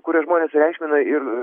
kuriuos žmonės sureikšmina ir